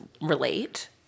relate